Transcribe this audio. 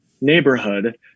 neighborhood